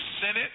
Senate